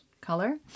color